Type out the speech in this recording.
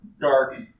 dark